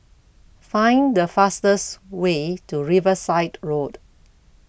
Find The fastest Way to Riverside Road